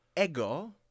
ego